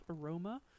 aroma